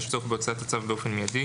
יש צורך בהוצאת הצו באופן מייד,